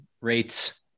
rates